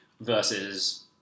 versus